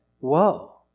Whoa